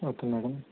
okay madam